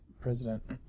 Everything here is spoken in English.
president